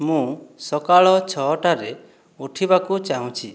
ମୁଁ ସକାଳ ଛଅଟାରେ ଉଠିବାକୁ ଚାହୁଁଛି